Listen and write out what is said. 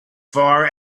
far